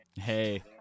Hey